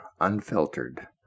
unfiltered